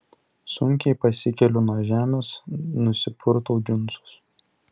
sunkiai pasikeliu nuo žemės nusipurtau džinsus